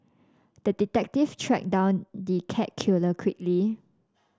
the detective tracked down the cat killer quickly